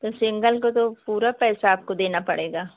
तो सिंगल को तो पूरा पैसा आपको देना पड़ेगा